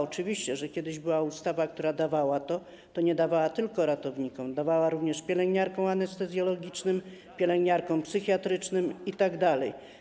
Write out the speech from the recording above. Oczywiście, że kiedyś była ustawa, która to dawała, ale nie dawała tylko ratownikom, dawała również pielęgniarkom anestezjologicznym, pielęgniarkom psychiatrycznym itd.